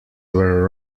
were